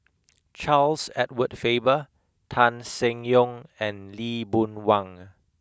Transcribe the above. Charles Edward Faber Tan Seng Yong and Lee Boon Wang